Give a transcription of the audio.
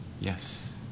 Yes